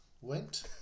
went